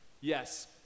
Yes